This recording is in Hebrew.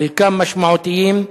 חלקם משמעותיים,